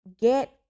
get